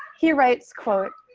he writes, quote,